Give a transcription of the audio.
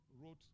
wrote